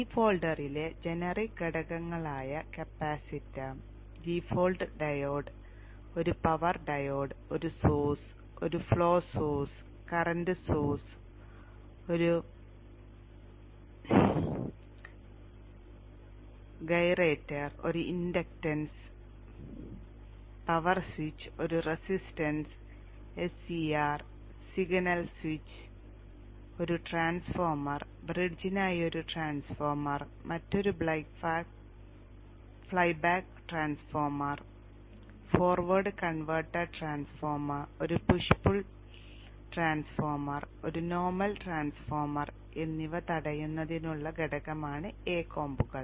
D ഫോൾഡറിലെ generic ഘടകങ്ങളായ capacitor default diode ഒരു പവർ ഡയോഡ് ഒരു സോഴ്സ് ഒരു ഫ്ലോ സോഴ്സ് കറന്റ് സോഴ്സ് ഒരു ഗൈറേറ്റർ ഒരു ഇൻഡക്ടൻസ് പവർ സ്വിച്ച് ഒരു റെസിസ്റ്റൻസ് എസ്സിആർ സിഗ്നൽ സ്വിച്ച് ഒരു ട്രാൻസ്ഫോർമർ ബ്രിഡ്ജിനായി ഒരു ട്രാൻസ്ഫോർമർ മറ്റൊരു fly back transformer forward converter transformer ഒരു പുഷ് പുൾ ട്രാൻസ്ഫോർമർ ഒരു നോർമൽ ട്രാൻസ്ഫോർമർ എന്നിവ തടയുന്നതിനുള്ള ഘടകമാണ് A കോമ്പുകൾ